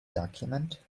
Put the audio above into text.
document